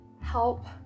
help